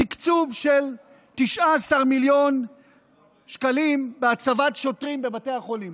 תקציב של 19 מיליון שקלים להצבת שוטרים בבתי החולים,